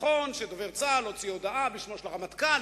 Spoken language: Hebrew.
נכון שדובר צה"ל הוציא הודעה בשמו של הרמטכ"ל